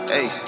Hey